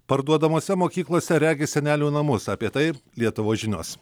parduodamose mokyklose regi senelių namus apie tai lietuvos žinios